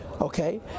Okay